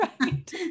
Right